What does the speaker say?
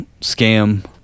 scam